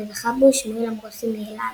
וזכה בו שמואל עמרוסי מאלעד.